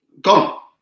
Gone